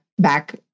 Back